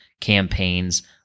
campaigns